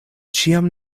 ĉiam